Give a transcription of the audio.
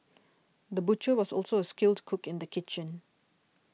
the butcher was also a skilled cook in the kitchen